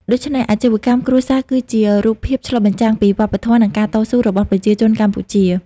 ដូច្នេះ អាជីវកម្មគ្រួសារ គឺជារូបភាពឆ្លុះបញ្ចាំងពីវប្បធម៌ និងការតស៊ូរបស់ប្រជាជនកម្ពុជា។